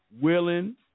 willing